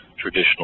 traditional